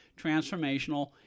transformational